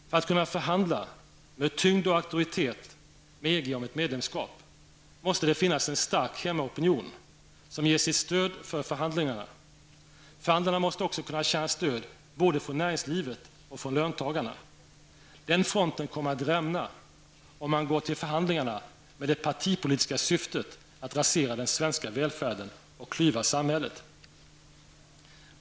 För att kunna förhandla med tyngd och auktoritet med EG om ett medlemskap, måste det finnas en stark hemmaopinion, som ger sitt stöd för förhandlingarna. Förhandlarna måste också kunna känna stöd både från näringslivet och från löntagarna. Den fronten kommer att rämna, om man går till förhandlingarna med det partipolitiska syftet att rasera den svenska välfärden och klyva samhället.